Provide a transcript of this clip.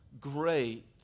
great